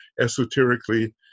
esoterically